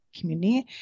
community